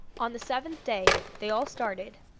on the seventh day they all started,